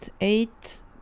eight